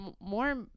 more